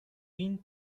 bin